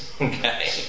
okay